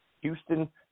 Houston